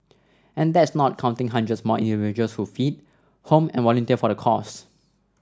and that's not counting hundreds more individuals who feed home and volunteer for the cause